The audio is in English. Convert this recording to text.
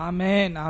Amen